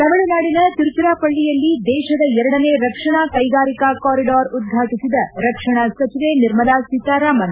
ತಮಿಳುನಾಡಿನ ತಿರುಚಿರಾಪಳ್ದಿಯಲ್ಲಿ ದೇಶದ ಎರಡನೇ ರಕ್ಷಣಾ ಕ್ಷೆಗಾರಿಕಾ ಕಾರಿಡಾರ್ ಉದ್ವಾಟಿಸಿದ ರಕ್ಷಣಾ ಸಚಿವೆ ನಿರ್ಮಲಾ ಸೀತಾರಾಮನ್